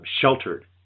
sheltered